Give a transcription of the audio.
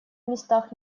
местах